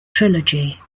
trilogy